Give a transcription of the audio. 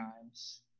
times